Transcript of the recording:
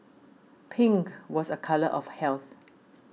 pink was a colour of health